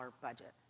budget